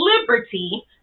liberty